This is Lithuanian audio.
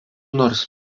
nors